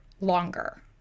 longer